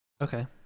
okay